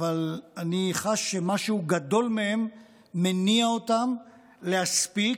אבל אני חש שמשהו גדול מהם מניע אותם להספיק.